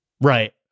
Right